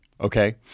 okay